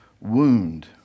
wound